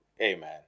Amen